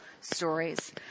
stories